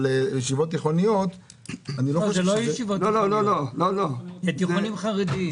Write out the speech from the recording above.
אבל ישיבות תיכוניות- -- זה תיכונים חרדיים.